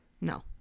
No